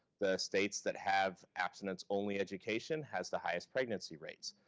the states that have abstinence-only education has the highest pregnancy rates.